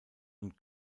und